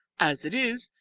as it is,